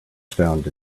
found